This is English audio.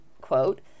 quote